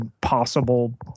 possible